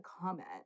comment